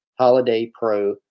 HOLIDAYPRO